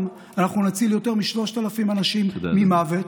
אנחנו נציל יותר מ-3,000 אנשים ממוות,